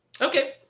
Okay